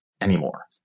anymore